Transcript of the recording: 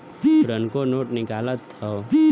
पुरनको नोट निकालत हौ